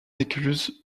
écluse